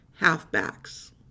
halfbacks